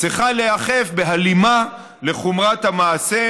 צריכה להיאכף בהלימה לחומרת המעשה,